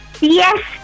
Yes